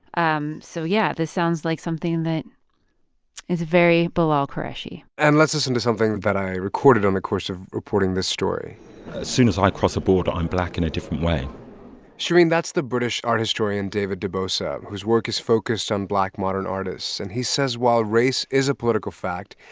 um so, yeah, this sounds like something that is very bilal qureshi and let's listen to something that i recorded on the course of reporting this story as soon as i cross a border, i'm black in a different way shereen, that's the british art historian david dibosa, whose work is focused on black modern artists. and he says while race is a political fact,